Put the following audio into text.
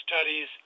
studies